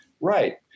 right